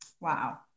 wow